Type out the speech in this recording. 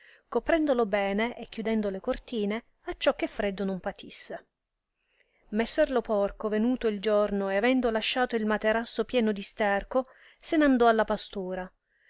coprendolo bene e chiudendo le cortine acciò che freddo non patisse messer lo porco venuto il giorno e avendo lasciato il materasso pieno di sterco se n andò alla pastura